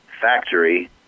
factory